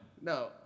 No